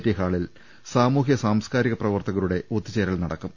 T ഹാളിൽ സാമൂഹ്യ സാംസ്കാരിക പ്രവർത്തകരുടെ ഒത്തുചേരൽ നടക്കും